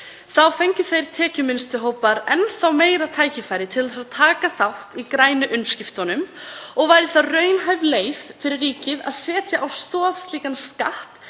Þá fengju tekjuminnstu hóparnir enn þá meira tækifæri til að taka þátt í grænu umskiptunum. Það væri raunhæf leið fyrir ríkið að setja á fót slíkan skatt